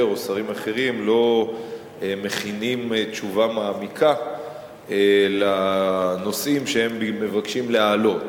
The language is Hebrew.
או שרים אחרים לא מכינים תשובה מעמיקה לנושאים שהם מבקשים להעלות.